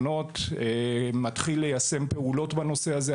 האחרונות צה״ל מתחיל בביצוע פעולות בנושא הזה,